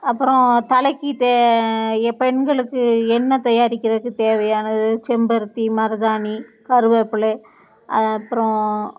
அப்புறம் தலைக்கு தே ஏ பெண்களுக்கு எண்ணெய் தயாரிக்கிறதுக்கு தேவையானது செம்பருத்தி மருதாணி கருவேப்பிலை அப்புறோம்